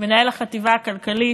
מנהל החטיבה הכלכלית,